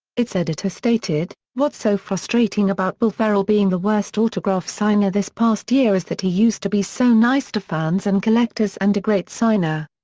its editor stated what's so frustrating about will ferrell being the worst autograph signer this past year is that he used to be so nice to fans and collectors and a great signer.